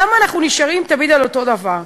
למה אנחנו נשארים תמיד על אותו דבר?